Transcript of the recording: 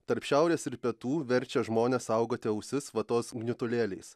tarp šiaurės ir pietų verčia žmones saugoti ausis vatos gniutulėliais